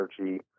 energy